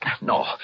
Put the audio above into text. No